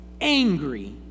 angry